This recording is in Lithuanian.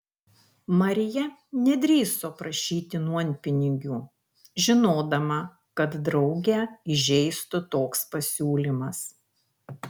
marija nedrįso prašyti nuompinigių žinodama kad draugę įžeistų toks pasiūlymas